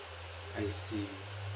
I see